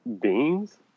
beings